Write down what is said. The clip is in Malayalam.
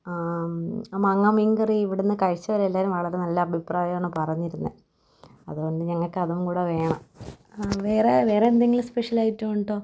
മാങ്ങാ മീൻകറി ഇവിടെ നിന്നു കഴിച്ചവരെല്ലാവരും വളരെ നല്ല അഭിപ്രായമാണ് പറഞ്ഞിരുന്നത് അതുകൊണ്ട് ഞങ്ങൾക്ക് അതും കൂടി വേണം വേറെ വേറെന്തെങ്കിലും സ്പെഷ്യൽ ഐറ്റമുണ്ടോ